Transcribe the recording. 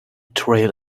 trail